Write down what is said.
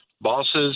Bosses